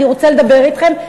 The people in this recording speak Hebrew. אני רוצה לדבר אתכם.